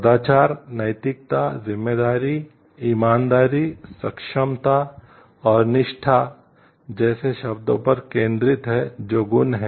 सदाचार नैतिकता जिम्मेदारी ईमानदारी सक्षमता और निष्ठा जैसे शब्दों पर केंद्रित है जो गुण हैं